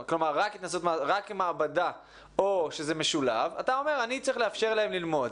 כלומר רק עם מעבדה או שזה משולב צריך לאפשר להם ללמוד.